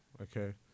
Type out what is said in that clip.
Okay